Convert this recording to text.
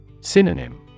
Synonym